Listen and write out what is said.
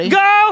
go